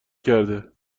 کرده